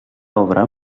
obra